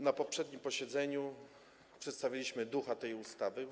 Na poprzednim posiedzeniu przedstawiliśmy ducha tej ustawy.